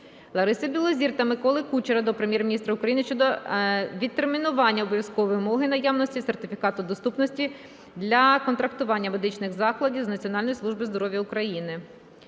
Лариси Білозір та Миколи Кучера до Прем'єр-міністра України щодо відтермінування обов'язкової вимоги наявності сертифікату доступності для контрактування медичних закладів з Національною службою здоров’я України.